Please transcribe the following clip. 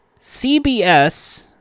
CBS